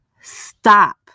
stop